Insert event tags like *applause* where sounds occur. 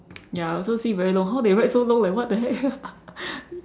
ya I also see very long how they write so long like what the heck *laughs*